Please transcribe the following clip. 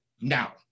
now